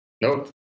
Nope